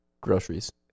Groceries